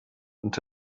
into